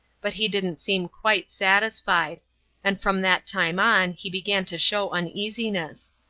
but he didn't seem quite satisfied and from that time on he began to show uneasiness.